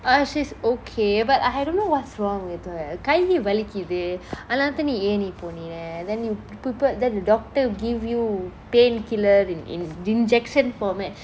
uh she's okay but I don't know what's wrong with the கை வலிக்கிது அதுனால தான் நீ ஏன் நீ போனா :kai valikithu athunala thaan nee yean nee poniya then the doctor give you painkiller in in injection format